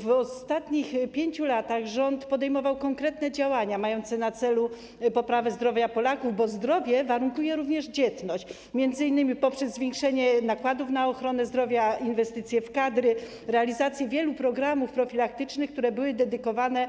W ostatnich 5 latach rząd podejmował konkretne działania mające na celu poprawę zdrowia Polaków, bo zdrowie warunkuje również dzietność, m.in. poprzez zwiększenie nakładów na ochronę zdrowia, inwestycje w kadry, w realizację wielu programów profilaktycznych, które były dedykowane